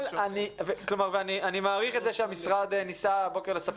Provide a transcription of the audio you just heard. אני מעריך את זה שהמשרד ניסה הבוקר לספק